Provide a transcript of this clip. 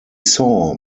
saw